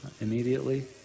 immediately